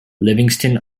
livingston